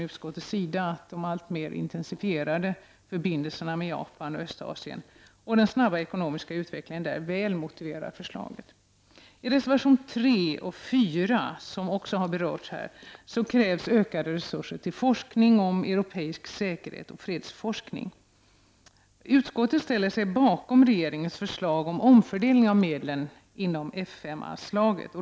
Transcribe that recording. Utskottet anser att de alltmer intensifierade förbindelserna med Japan och Östasien och den snabba ekonomiska utvecklingen där väl motiverar förslaget. I reservationerna 3 och 4, som också har berörts här, krävs ökade resurser till forskning om europeisk säkerhet och fredsforskning. Utskottet ställer sig bakom regeringens förslag om en omfördelning av medlen inom F 5-anslaget.